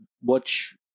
watch